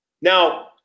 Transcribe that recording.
Now